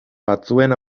batzuen